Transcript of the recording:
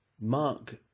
Mark